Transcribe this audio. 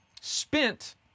spent